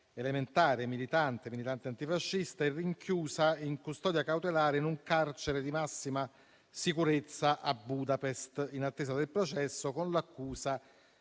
elementare e militante antifascista, è rinchiusa in custodia cautelare in un carcere di massima sicurezza a Budapest, in attesa del processo con l'accusa